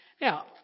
now